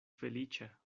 feliĉa